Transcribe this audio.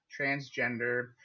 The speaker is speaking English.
transgender